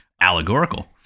Allegorical